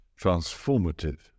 transformative